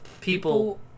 People